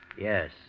Yes